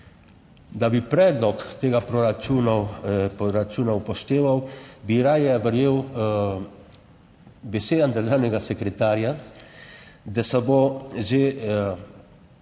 da bi predlog tega proračuna, proračuna upošteval bi raje verjel besedam državnega sekretarja, da se bo že